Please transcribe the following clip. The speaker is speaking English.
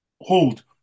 hold